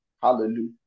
Hallelujah